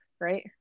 right